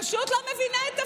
ופשוט לא מבינה את תפקידה.